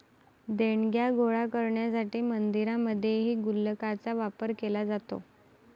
देणग्या गोळा करण्यासाठी मंदिरांमध्येही गुल्लकांचा वापर केला जातो